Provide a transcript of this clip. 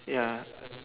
ya